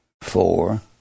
four